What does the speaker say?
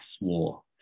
war